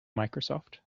microsoft